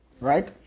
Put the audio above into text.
right